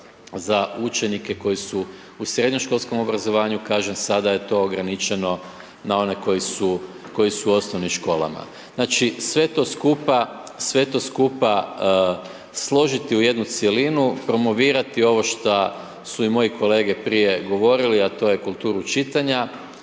za učenike koji su u srednjoškolskom obrazovanju kažem sada je to ograničeno na one koji su u osnovnim školama. Znači, sve to skupa složiti u jednu cjelinu, promovirati ovo šta su i moji kolege prije govorili, a to je kulturu čitanja,